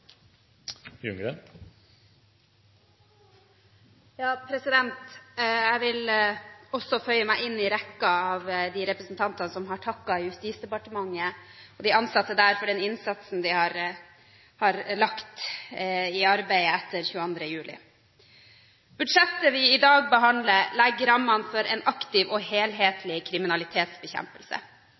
Jeg vil også føye meg inn i rekken av de representantene som har takket Justisdepartementet og de ansatte der for den innsatsen de har lagt i arbeidet etter 22. juli. Budsjettet vi i dag behandler, legger rammene for en aktiv og helhetlig kriminalitetsbekjempelse.